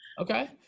Okay